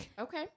Okay